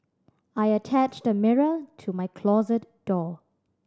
I attached a mirror to my closet door